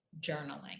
journaling